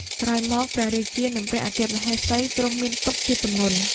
ក្រោយមកព្រះរាជានិងព្រះអគ្គមហេសី ទ្រង់មានទុក្ខជាទម្ងន់